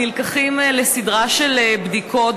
נלקחים לסדרה של בדיקות,